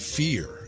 fear